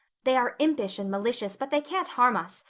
they are impish and malicious but they can't harm us,